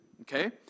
okay